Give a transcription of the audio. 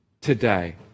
today